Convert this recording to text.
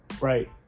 Right